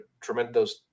tremendous